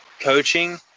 coaching